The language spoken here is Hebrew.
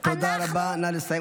אנחנו --- תודה רבה, נא לסיים.